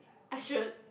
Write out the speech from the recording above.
I should